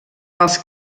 els